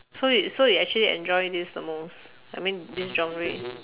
so you so you actually enjoy this the most I mean this genre